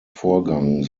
vorgang